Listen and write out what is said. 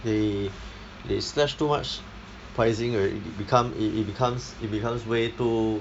they they slashed too much pricing already become it it becomes it becomes way too